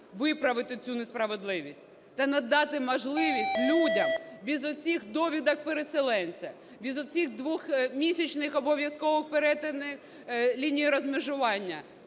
виправити цю несправедливість та надати можливість людям без оцих довідок переселенця, без оцих двомісячних обов'язкових перетинів лінії розмежування